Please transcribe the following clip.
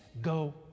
go